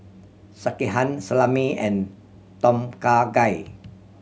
Sekihan Salami and Tom Kha Gai